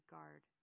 Guard